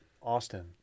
Austin